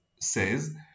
says